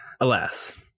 Alas